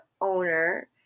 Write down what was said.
owner